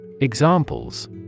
examples